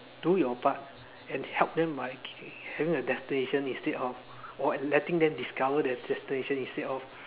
do your part and help them by having a destination instead of or letting them discover their destination instead of